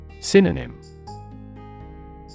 Synonym